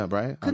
right